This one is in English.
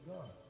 God